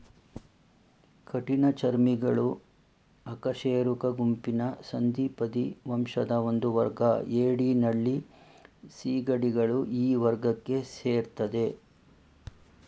ಕಠಿಣಚರ್ಮಿಗಳು ಅಕಶೇರುಕ ಗುಂಪಿನ ಸಂಧಿಪದಿ ವಂಶದ ಒಂದುವರ್ಗ ಏಡಿ ನಳ್ಳಿ ಸೀಗಡಿಗಳು ಈ ವರ್ಗಕ್ಕೆ ಸೇರ್ತದೆ